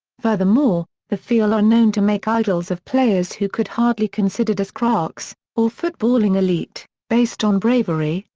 furthermore, the fiel are known to make idols of players who could hardly considered as craques or footballing elite, based on bravery,